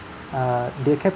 err they kept